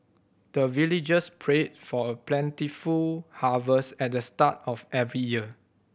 the villagers pray for plentiful harvest at the start of every year